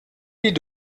die